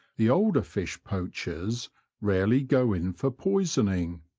the older fish poachers rarely go in for poisoning.